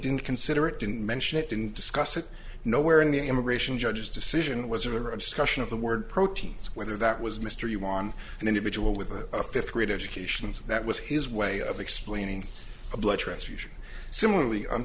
didn't consider it didn't mention it didn't discuss it no where in the immigration judge's decision was or a discussion of the word proteins whether that was mr you won an individual with a fifth grade education and that was his way of explaining a blood transfusion similarly on